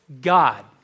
God